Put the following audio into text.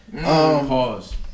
Pause